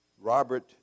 Robert